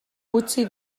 utzi